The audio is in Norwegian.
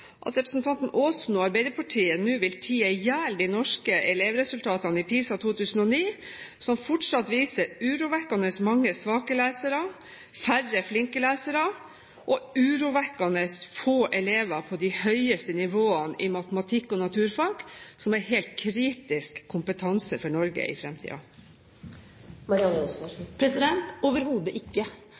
at representanten Aasen og Arbeiderpartiet nå vil tie i hjel de norske elevresultatene i PISA 2009, som fortsatt viser urovekkende mange svake lesere, færre flinke lesere, og urovekkende få elever på de høyeste nivåene i matematikk og naturfag, som er helt kritisk kompetanse for Norge i fremtiden? Overhodet ikke!